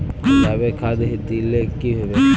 जाबे खाद दिले की होबे?